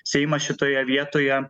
seimas šitoje vietoje